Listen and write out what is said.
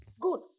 Good